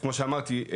כמו שאמרתי,